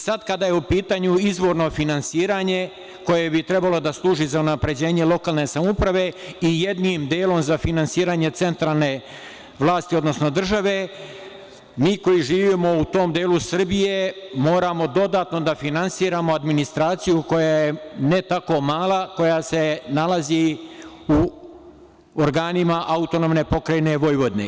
Sada kada je u pitanju izvorno finansiranje, koje bi trebalo da služi za unapređenje lokalne samouprave i jednim delom za finansiranje centralne vlasti, odnosno države, mi koji živimo u tom delu Srbije moramo dodatno da finansiramo administraciju koja je ne tako mala, koja se nalazi u organima AP Vojvodine.